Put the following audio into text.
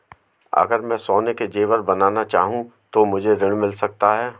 अगर मैं सोने के ज़ेवर बनाना चाहूं तो मुझे ऋण मिल सकता है?